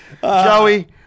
Joey